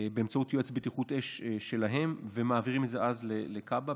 באמצעות יועץ בטיחות אש שלה ואז מעבירים את זה לכב"ה.